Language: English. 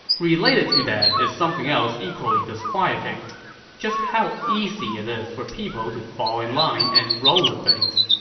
related to that is something else equally disquieting just how easy it is for people to fall in line and roll with things.